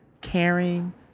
caring